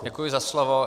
Děkuji za slovo.